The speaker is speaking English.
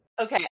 Okay